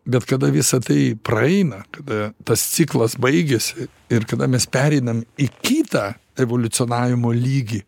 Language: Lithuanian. bet kada visa tai praeina kada tas ciklas baigiasi ir kada mes pereinam į kitą evoliucionavimo lygį